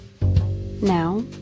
Now